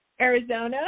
Arizona